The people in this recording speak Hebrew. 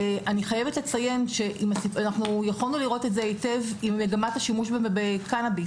אני חייבת לציין שיכולנו לראות את זה היטב עם מגמת השימוש במריחואנה.